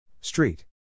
Street